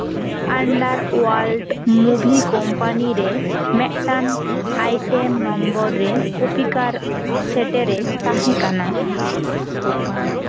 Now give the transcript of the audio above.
under world movie company ᱨᱮ ᱢᱤᱫᱴᱟᱱ item number ᱨᱮ ᱠᱚᱯᱤᱠᱟᱨ ᱥᱮᱴᱮᱨᱮ ᱛᱟᱦᱮᱸᱠᱟᱱᱟ